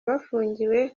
bafungiwe